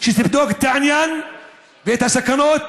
שתבדוק את העניין ואת הסכנות